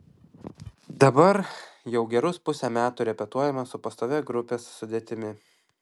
dabar jau gerus pusę metų repetuojame su pastovia grupės sudėtimi